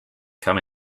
come